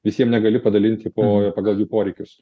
visiem negali padalinti po pagal jų poreikius